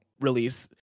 release